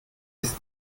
ist